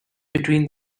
between